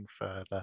further